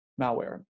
malware